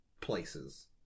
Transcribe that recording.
places